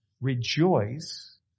rejoice